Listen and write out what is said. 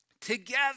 Together